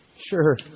Sure